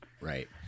right